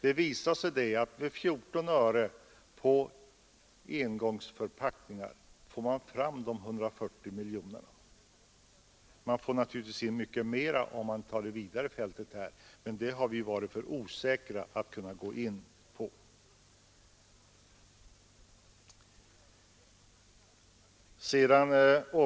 Det visar sig att med 14 öre per engångsförpackning får man fram de 140 miljonerna. Man får naturligtvis in mycket mer om man tar det vidare fältet, men det har vi varit för osäkra att kunna gå in på nu.